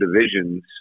divisions